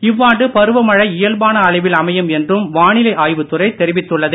இவ்வாண்டு பருவமழை இயல்பான அளவில் அமையும் என்றும் வானிலை ஆய்வுத் துறை தெரிவித்துள்ளது